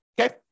Okay